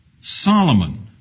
Solomon